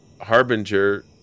harbinger